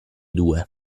due